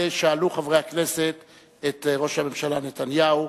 שאלו חברי הכנסת את ראש הממשלה נתניהו,